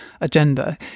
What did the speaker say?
agenda